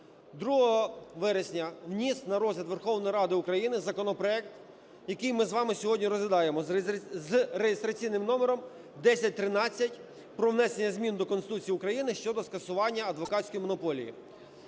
2 вересня вніс на розгляд Верховної Ради України законопроект, який ми з вами сьогодні розглядаємо, з реєстраційним номером 1013 про внесення змін до Конституції України щодо скасування адвокатської монополії.